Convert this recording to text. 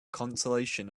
consolation